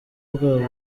bw’abo